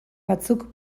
batzuk